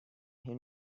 hen